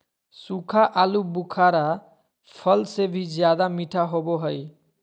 सूखा आलूबुखारा फल से भी ज्यादा मीठा होबो हइ